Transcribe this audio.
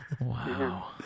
Wow